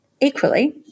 Equally